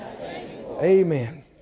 Amen